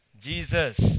Jesus